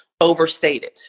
overstated